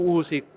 usi